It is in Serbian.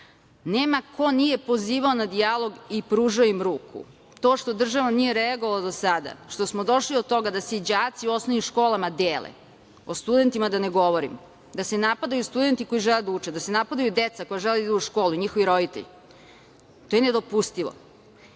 Nema ko nije pozivao na dijalog i pružao im ruku. To što država nije reagovala do sada, što smo došli do toga da se đaci u osnovnim školama dele, o studentima da ne govorim, da se napadaju studenti koji žele da uče, da se napadaju deca koja žele da idu u školu i njihovi roditelji, to je nedopustivo. Sada,